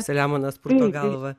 selemonas purto galvą